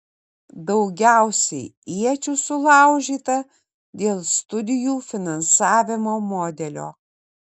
daugiausiai iečių sulaužyta dėl studijų finansavimo modelio